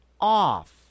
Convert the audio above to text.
off